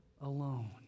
alone